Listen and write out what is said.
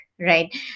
Right